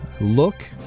Look